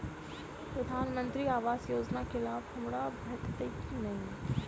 प्रधानमंत्री आवास योजना केँ लाभ हमरा भेटतय की नहि?